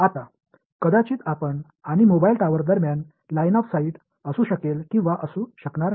आता कदाचित आपण आणि मोबाइल टॉवर दरम्यान लाइन ऑफ साईट असू शकेल किंवा असू शकणार नाही